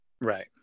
Right